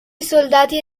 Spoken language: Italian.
soldati